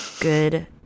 Good